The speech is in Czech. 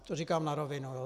To říkám na rovinu.